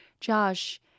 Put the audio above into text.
Josh